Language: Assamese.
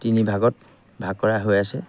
তিনি ভাগত ভাগ কৰা হৈ আছে